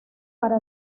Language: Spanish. para